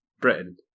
Britain